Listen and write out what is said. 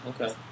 okay